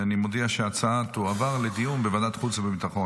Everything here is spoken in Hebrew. אני מודיע שההצעה תועבר לדיון בוועדת החוץ והביטחון.